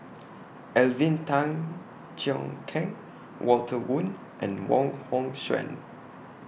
Alvin Tan Cheong Kheng Walter Woon and Wong Hong Suen